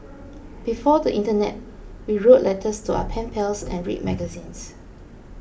before the internet we wrote letters to our pen pals and read magazines